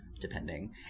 depending